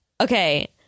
Okay